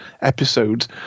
episodes